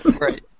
Right